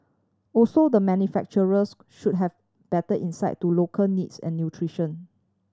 also the manufacturers should have better insight to local needs and nutrition